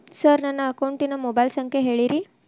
sir ನನ್ನ ಅಕೌಂಟಿನ mobile ಸಂಖ್ಯೆ ಹೇಳಿರಿ